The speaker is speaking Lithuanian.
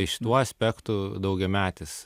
tai šituo aspektu daugiametis